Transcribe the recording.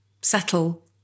settle